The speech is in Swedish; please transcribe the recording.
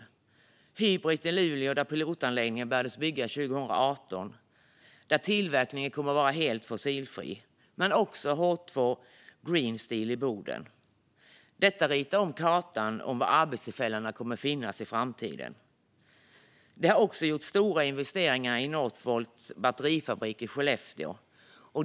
Det är Hybrit i Luleå, där pilotanläggningen börjades byggas 2018 och där tillverkningen kommer att vara helt fossilfri, men också H2 Green Steel i Boden. Detta ritar om kartan för var arbetstillfällena kommer att finnas i framtiden. Det har också gjorts stora investeringar i Northvolts batterifabrik i Skellefteå.